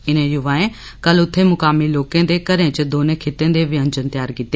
इनें युवाएं कल्ल उत्थे मुकामी लोकें दे घरें च दौनें खित्तें दे व्यंजन तैयार कीते